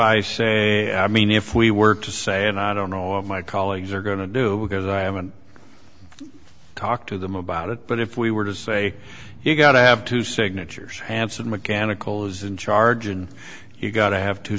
i say i mean if we were to say and i don't know all of my colleagues are going to do because i am an talk to them about it but if we were to say you've got to have two signatures hansen mechanical is in charge and you've got to have two